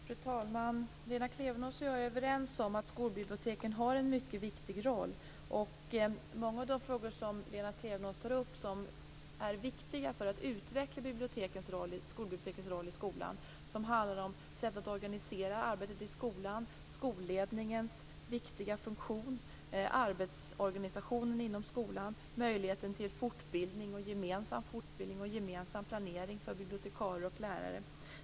Fru talman! Lena Klevenås och jag är överens om att skolbiblioteken har en mycket viktig roll. Många av de frågor som Lena Klevenås tar upp är viktiga i utvecklandet av bibliotekens roll i skolan. Det handlar om sättet att organisera arbetet i skolan, skolledningens viktiga funktion, arbetsorganisationen inom skolan, möjligheten till fortbildning, gemensam fortbildning och planering för bibliotekarier och lärare.